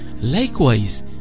likewise